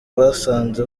basanze